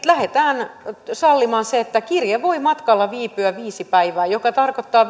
lähdetään sallimaan se että kirje voi matkalla viipyä viisi päivää mikä tarkoittaa